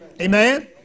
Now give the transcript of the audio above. Amen